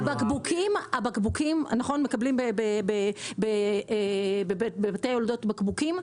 זה בגלל הבקבוקים, מקבלים בבתי יולדות בקבוקים?